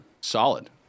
Solid